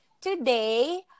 today